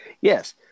yes